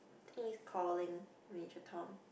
think is calling Major Tom